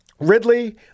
Ridley